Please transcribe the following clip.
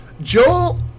Joel